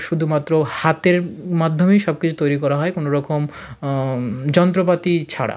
শুদুমাত্র হাতের মাধ্যমেই সব কিছু তৈরি করা হয় কোনো রকম যন্ত্রপাতি ছাড়া